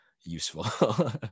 useful